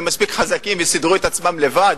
הם מספיק חזקים וסידרו את עצמם לבד.